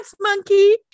monkey